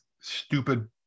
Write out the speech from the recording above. stupid